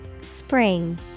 Spring